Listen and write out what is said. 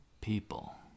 people